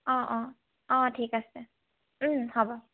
অঁ অঁ অঁ ঠিক আছে হ'ব